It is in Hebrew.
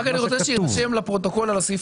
רק אני רוצה שיירשם לפרוטוקול על הסעיף